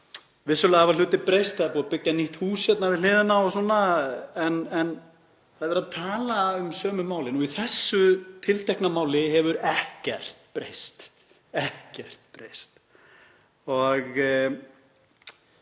vissulega hafa hlutir breyst. Það er búið að byggja nýtt hús hérna við hliðina og svona, en það er enn verið að tala um sömu málin. Í þessu tiltekna máli hefur ekkert breyst — ekkert breyst.